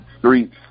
Three